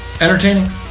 entertaining